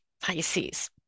pisces